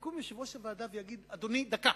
יקום יושב-ראש הוועדה ויגיד: אדוני, דקה.